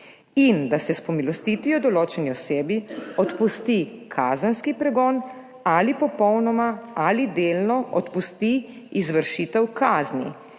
In da se s pomilostitvijo določeni osebi odpusti kazenski pregon ali popolnoma ali delno odpusti izvršitev kazni.